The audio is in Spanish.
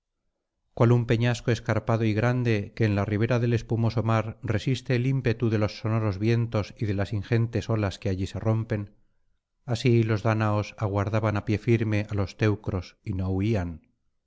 cual un peñasco escarpado y grande que en la ribera del espumoso mar resiste el ímpetu de los sonoros vientos y de las ingentes olas que allí se rompen así los dáñaos aguardaban á pie firme á los teucros y no huían